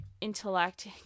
intellect